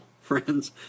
friends